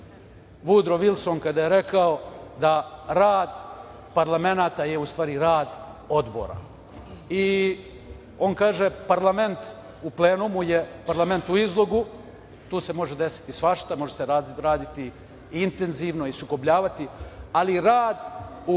Vudro Vilson kada je rekao da rad parlamenata je u stvari rad odbora i on kaže – parlament u plenumu je parlament u izlogu, tu se može desiti svašta, može se raditi intenzivno i sukobljavati, ali rad u prostorijama odbora